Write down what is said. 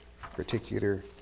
particular